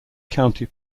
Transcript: county